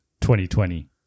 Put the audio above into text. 2020